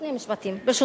שני משפטים, ברשותך.